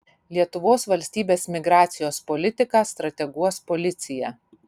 lietuvos valstybės migracijos politiką strateguos policija